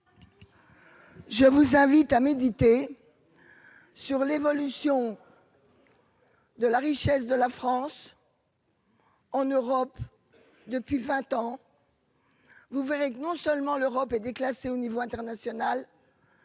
Je vous invite à méditer. Sur l'évolution.-- De la richesse de la France. En Europe. Depuis 20 ans. Vous verrez que non seulement l'Europe et déclassé au niveau international.